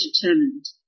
determined